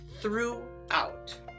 throughout